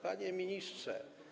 Panie Ministrze!